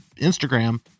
Instagram